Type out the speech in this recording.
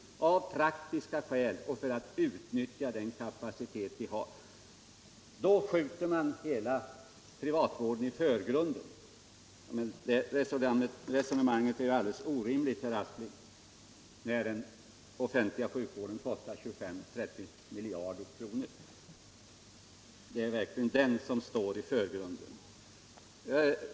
Vi gör det av praktiska skäl och för att utnyttja den kapacitet vi har. Men då säger herr Aspling att vi skjuter hela den privata sjukvården i förgrunden. Det resonemanget är ju alldeles orimligt, herr Aspling, när den offentliga sjukvården kostar 25-30 miljarder kronor! Det är verkligen den som står i förgrunden.